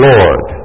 Lord